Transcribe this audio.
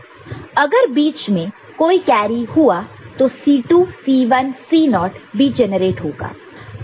अगर बीच में कोई कैरी हुआ तो C2 C1 C0 naught naught भी जेनरेट होगा